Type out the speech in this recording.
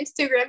Instagram